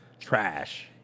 trash